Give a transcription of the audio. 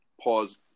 Pause